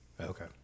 Okay